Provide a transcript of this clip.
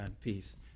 peace